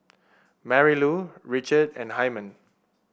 Marylou Richard and Hymen